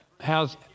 How's